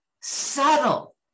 subtle